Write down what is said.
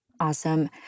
Awesome